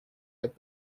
led